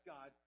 God